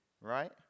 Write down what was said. Right